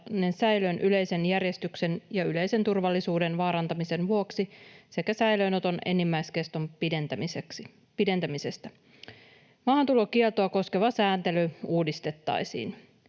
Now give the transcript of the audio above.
säilöön yleisen järjestyksen ja yleisen turvallisuuden vaarantamisen vuoksi sekä säilöönoton enimmäiskeston pidentämistä. Maahantulokieltoa koskeva sääntely uudistettaisiin.